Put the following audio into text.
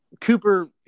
Cooper